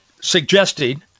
suggesting